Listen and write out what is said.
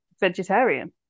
vegetarian